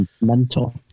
mental